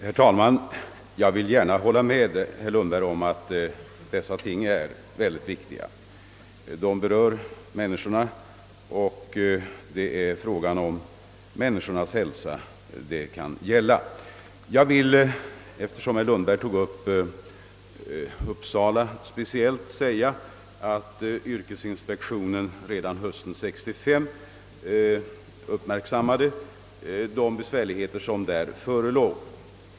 Herr talman! Jag vill gärna hålla med herr Lundberg om att dessa ting är mycket viktiga; det gäller ju människornas hälsa. Eftersom herr Lundberg speciellt berörde Uppsala kan jag nämna att yrkesinspektionen redan hösten 1965 uppmärksammade de besvärligheter som där förelåg.